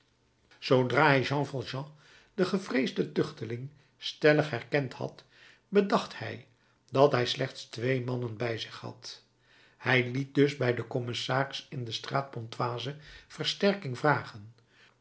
zoodra hij jean valjean den gevreesden tuchteling stellig herkend had bedacht hij dat hij slechts twee mannen bij zich had hij liet dus bij den commissaris in de straat pontoise versterking vragen